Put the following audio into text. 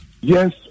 Yes